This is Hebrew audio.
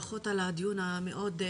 ברכות על הדיון המאוד חשוב.